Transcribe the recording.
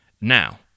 Now